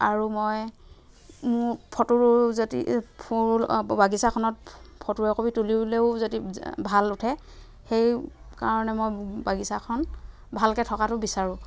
আৰু মই মোৰ ফটো যদি ফুল বাগিচাখনত ফটো একপি তুলিলেও যদি ভাল উঠে সেইকাৰণে মই বাগিচাখন ভালকৈ থকাতো বিচাৰোঁ